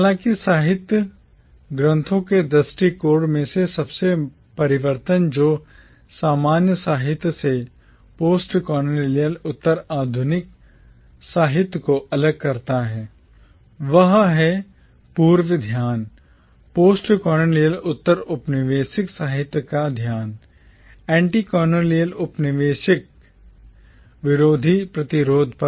हालाँकि साहित्यिक ग्रंथों के दृष्टिकोण में सबसे आमूल परिवर्तन जो सामान्य साहित्य से postcolonial उत्तर आधुनिक साहित्य को अलग करता है वह है पूर्व ध्यान postcolonial उत्तर औपनिवेशिक साहित्य का ध्यान anti colonial उपनिवेश विरोधी प्रतिरोध पर